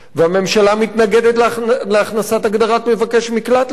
והממשלה מתנגדת להכנסת הגדרת מבקש מקלט לחוק,